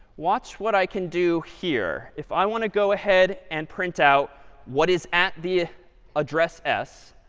watch what i can do here. if i want to go ahead and print out what is at the address s,